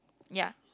ya